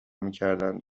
میکردند